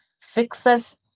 fixes